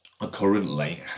currently